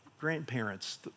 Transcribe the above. grandparents